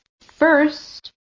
First